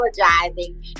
apologizing